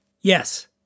Yes